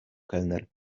kelner